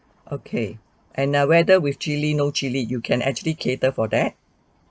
okay and now whether with chili no chili you can actually cater for that